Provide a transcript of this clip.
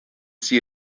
see